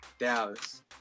Dallas